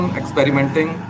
experimenting